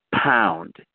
pound